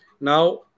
Now